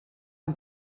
amb